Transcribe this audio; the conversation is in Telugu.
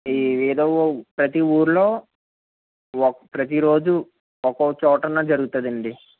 ఇవి ఏదో ఒక ప్రతి ఊరిలో ఒక్క ప్రతిరోజు ఒక్కొక చోటున జరుగుతుంది అండి